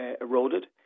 eroded